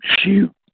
shoot